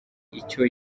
icyo